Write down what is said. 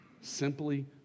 simply